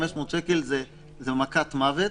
500 שקל זה מכת מוות.